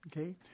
okay